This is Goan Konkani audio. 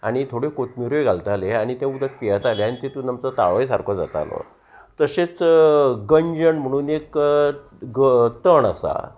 आनी थोड्यो कोथमिऱ्यो घालताले आनी तें उदक पियेताले आनी तितून आमचो तावय सारको जातालो तशेंच गंजण म्हणून एक तण आसा